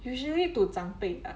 usually to 长辈啊